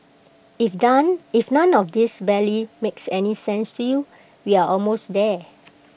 if done if none of this barely makes any sense to you we are almost there